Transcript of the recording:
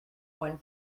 one